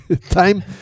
time